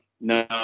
No